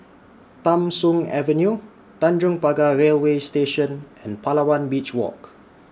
Tham Soong Avenue Tanjong Pagar Railway Station and Palawan Beach Walk